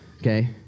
okay